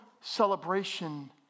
celebration